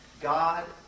God